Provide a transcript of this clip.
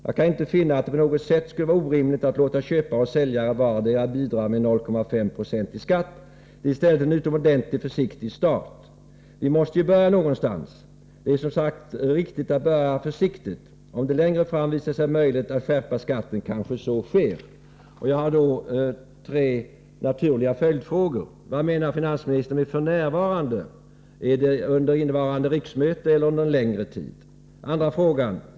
Jag kan inte finna att det på något sätt skulle vara orimligt att låta köpare och säljare vardera bidra med 0,5 20 i skatt. Det är i stället en utomordentligt försiktig start. ——— Vi måste ju börja någonstans. Det är som sagt riktigt att börja försiktigt. Om det längre fram visar sig möjligt att skärpa skatten, kanske så sker.” Jag har tre naturliga följdfrågor: 1. Vad menar finansministern med ”f.n.”? Är det under innevarande riksmöte eller under en längre tid? 2.